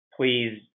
please